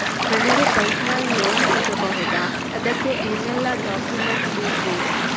ನನಗೆ personal loan ಸಿಗಬಹುದ ಅದಕ್ಕೆ ಏನೆಲ್ಲ ಡಾಕ್ಯುಮೆಂಟ್ ಬೇಕು?